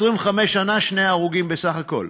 ב-25 שנה שני הרוגים בסך הכול.